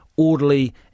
Orderly